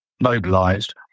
mobilized